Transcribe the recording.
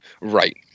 Right